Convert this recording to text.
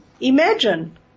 imagine